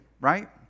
right